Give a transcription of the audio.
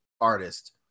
artist